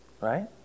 right